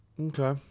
Okay